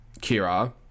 kira